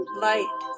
light